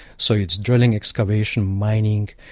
so it's drilling excavation, mining,